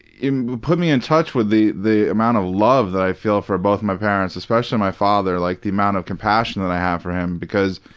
put me in touch with the the amount of love that i feel for both my parents especially my father, like, the amount of compassion that i have for him because,